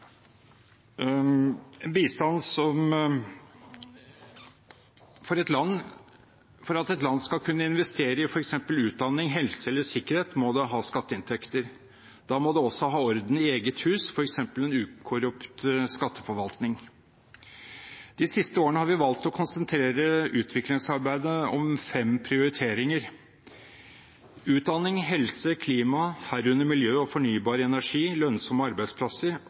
For at et land skal kunne investere i f.eks. utdanning, helse eller sikkerhet, må det ha skatteinntekter. Da må det også ha orden i eget hus, f.eks. en ukorrupt skatteforvaltning. De siste årene har vi valgt å konsentrere utviklingsarbeidet om fem prioriteringer: utdanning, helse, klima – herunder miljø og fornybar energi – lønnsomme arbeidsplasser